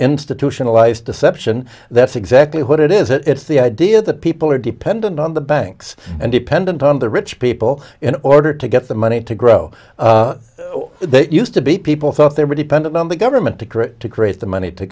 institutionalized deception that's exactly what it is it's the idea that people are dependent on the banks and dependent on the rich people in order to get the money to grow they used to be people thought they were dependent on the government to create to create the money to